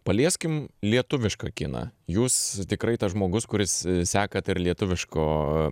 palieskim lietuvišką kiną jūs tikrai tas žmogus kuris sekat ir lietuviško